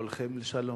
הולכים לשלום.